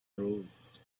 rose